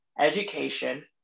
Education